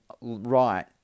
right